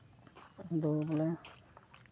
ᱟᱫᱚ ᱵᱚᱞᱮ